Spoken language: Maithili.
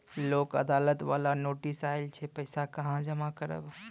लोक अदालत बाला नोटिस आयल छै पैसा कहां जमा करबऽ?